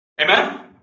Amen